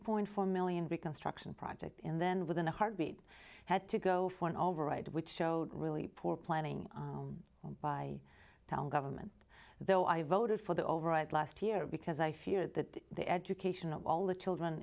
point four million reconstruction project in then within a heartbeat had to go for an override which showed really poor planning by town government though i voted for the override last year because i fear that the education of all the children